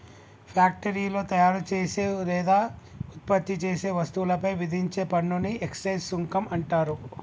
ఫ్యాక్టరీలో తయారుచేసే లేదా ఉత్పత్తి చేసే వస్తువులపై విధించే పన్నుని ఎక్సైజ్ సుంకం అంటరు